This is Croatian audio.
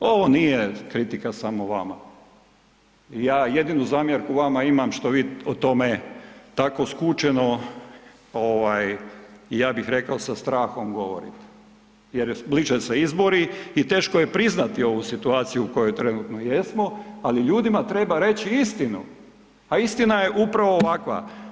Ovo nije kritika samo vama, ja jedinu zamjerku vama imamo što vi o tome tako skučeno ja bih rekao i sa strahom, govorite jer bliže se izbori i teško je priznati ovu situaciju u kojoj trenutno jesmo, ali ljudima treba reći istinu a istina je upravo ovakva.